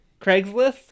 Craigslist